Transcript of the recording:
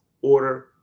order